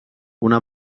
una